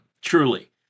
Truly